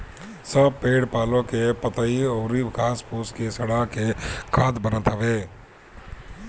सब पेड़ पालो के पतइ अउरी घास फूस के सड़ा के खाद बनत हवे